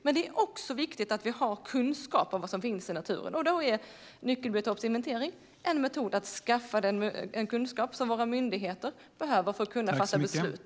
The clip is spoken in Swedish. Men det är också viktigt att vi har kunskap om vad som finns i naturen, och då är nyckelbiotopsinventering en metod för att skaffa den kunskap som våra myndigheter behöver för att kunna fatta beslut.